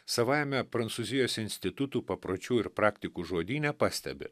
savajame prancūzijos institutų papročių ir praktikų žodyne pastebi